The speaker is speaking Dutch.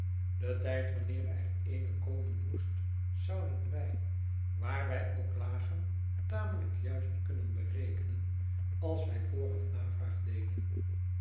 den tijd wanneer er eene komen moest zouden wij waar wij ooklagen tamelijk juist kunnen berekenen als wij vooraf navraag deden